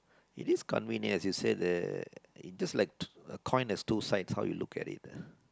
it is convenient as you say that it looks like a coin that has two sides how you look at it ah